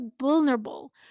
vulnerable